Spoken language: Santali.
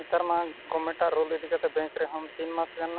ᱱᱮᱛᱟᱨᱢᱟ ᱜᱚᱢᱢᱮᱴᱟᱜ ᱨᱩᱞ ᱤᱫᱤᱠᱟᱛᱮ ᱵᱮᱝᱠ ᱨᱮᱦᱚᱸ ᱛᱤᱱᱢᱟᱥᱜᱟᱱ